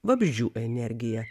vabzdžių energiją